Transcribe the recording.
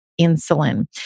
insulin